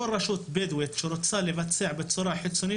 כל רשות בדואית שרוצה לבצע בצורה חיצונית,